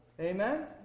Amen